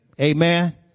Amen